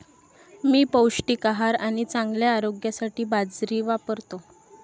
मी पौष्टिक आहार आणि चांगल्या आरोग्यासाठी बाजरी वापरतो